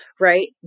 right